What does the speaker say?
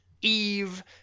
Eve